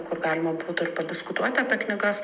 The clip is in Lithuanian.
kur galima būtų ir padiskutuoti apie knygas